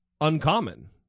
uncommon